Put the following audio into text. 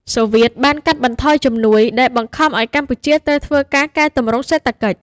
សូវៀតបានកាត់បន្ថយជំនួយ ដែលបង្ខំឱ្យកម្ពុជាត្រូវធ្វើការកែទម្រង់សេដ្ឋកិច្ច។